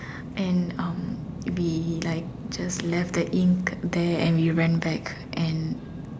and um we like just left the ink there and we ran back and